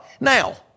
Now